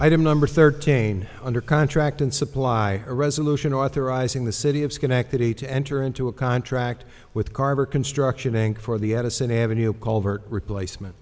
item number thirteen under contract and supply a resolution authorizing the city of schenectady to enter into a contract with carver construction inc for the edison avenue call her replacement